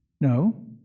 No